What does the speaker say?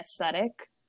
aesthetic